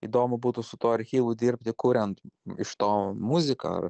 įdomu būtų su tuo archyvu dirbti kuriant iš to muziką ar